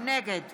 נגד